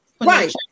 Right